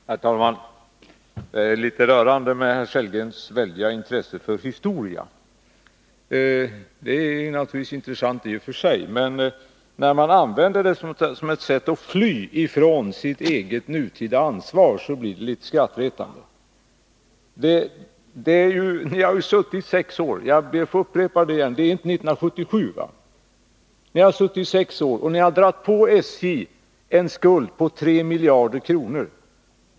Herr talman! Det är litet rörande med herr Sellgrens väldiga intresse för historia. Det är naturligtvis intressant i och för sig, men när man använder det som ett sätt att fly från sitt eget nutida ansvar blir det litet skrattretande. Ni har suttit i sex år, och ni har dragit på SJ en skuld på 3 miljarder kronor.